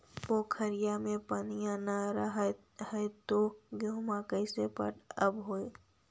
पोखरिया मे पनिया न रह है तो गेहुमा कैसे पटअब हो?